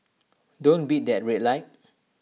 don't beat that red light